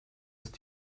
ist